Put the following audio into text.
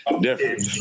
different